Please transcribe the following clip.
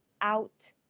out